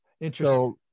Interesting